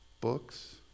books